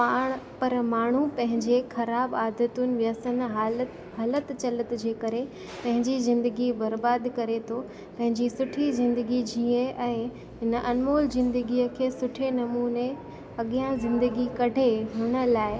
पाणि पर माण्हू पंहिंजे ख़राबु आदतुनि व्यसन हालति हलति चलति जे करे पंहिंजी ज़िंदगी बर्बाद करे थो पंहिंजी सुठी ज़िंदगी जीए ऐं हिन अनमोल ज़िंदगीअ खे सुठे नमूने अॻियां ज़िंदगी कढे हुन लाइ